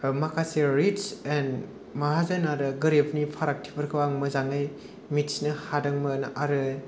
ओ माखासे rich and माहाजोन आरो गोरिबनि फारागथिफोरखौ आं मोजाङै मिथिनो हादोंमोन आरो